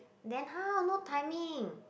then how no timing